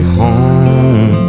home